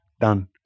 done